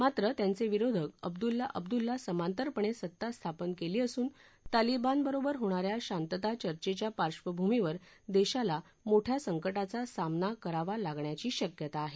मात्र त्यांचे विरोधक अब्दुल्लाह अब्दुल्लाह समांतरपणे सत्ता स्थापन केली असून तालिबानबरोबर होणा या शांतता चर्चेच्या पार्श्वभूमीवर देशाला मोठ्या संकटाचा सामना करावा लागण्याची शक्यता आहे